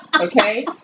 okay